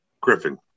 Griffin